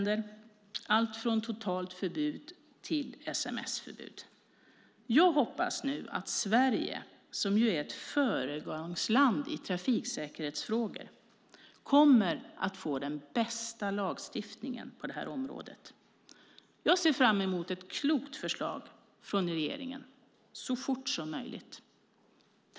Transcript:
Det är allt från totalt förbud till sms-förbud. Jag hoppas att Sverige, som ju är ett föregångsland i trafiksäkerhetsfrågor, får den bästa lagstiftningen på området, och jag ser fram emot ett klokt förslag från regeringen så fort som möjligt.